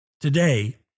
today